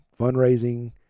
fundraising